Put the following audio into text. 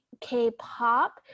K-pop